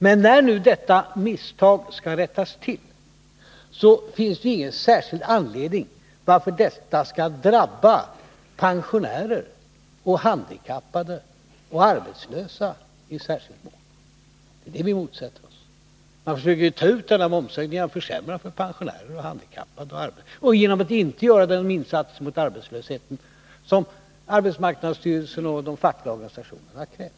Men när nu detta misstag skall rättas till finns det ingen särskild anledning till att detta skall drabba pensionärer, handikappade och arbetslösa i särskild mån. Det är den uppläggningen som vi motsätter oss. Man försöker nu att genomföra momssänkningen genom att försämra för pensionärer och handikappade och genom att inte göra de insatser mot arbetslösheten som arbetsmarknadsstyrelsen och de fackliga organisationerna har krävt.